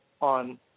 on